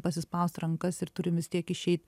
pasispaust rankas ir turim vis tiek išeit